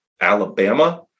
Alabama